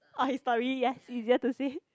on his story yes easier to see